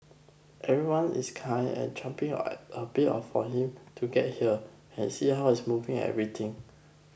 everyone is kind at champing at a bit of for him to get here and see how he's moving and everything